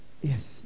Yes